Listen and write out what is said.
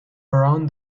around